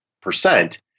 percent